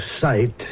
sight